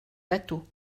bateaux